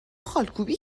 خالکوبی